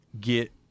get